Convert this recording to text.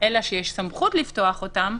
אלא שיש סמכות לפתוח אותם,